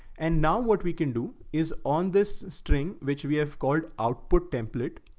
and now what we can do is on this string, which we have called output template